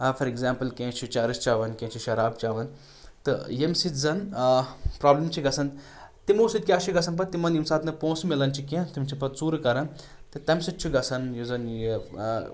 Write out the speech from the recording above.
for example کیٛنٚہہ چھِ چرٕس چیوان کیٛنٚہہ چھِ شراب چیوان تہِ ییٚمہِ سۭتۍ زنَ پرابلم چھِ گژھان تِمو سۭتۍ کیاہ چھُ گژھان پتہٕ تِمَن ییٚمہِ ساتہٕ نہٕ پونٛسہٕ مِلان چھِ کیٛنٚہہ تم چھِ پتہٕ ژوٗر کران تہٕ تمہِ سۭتۍ چھ گژھان یُس زن یہِ